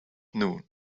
noon